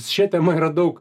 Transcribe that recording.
šia tema yra daug